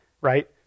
right